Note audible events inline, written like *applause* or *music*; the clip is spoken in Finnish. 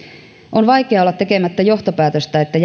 on vaikea olla tekemättä johtopäätöstä että *unintelligible*